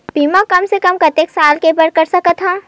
बीमा कम से कम कतेक साल के बर कर सकत हव?